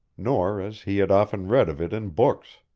nor as he had often read of it in books.